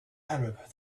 arab